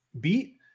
beat